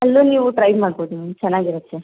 ಅಲ್ಲೂ ನೀವು ಟ್ರೈ ಮಾಡ್ಬೋದು ಮ್ಯಾಮ್ ಚೆನ್ನಾಗಿರತ್ತೆ